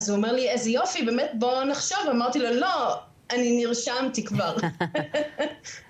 אז הוא אומר לי, איזה יופי, באמת, בוא נחשוב. אמרתי לו, לא, אני נרשמתי כבר.